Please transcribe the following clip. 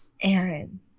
Aaron